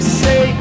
say